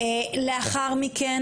לאחר מכן,